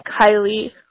Kylie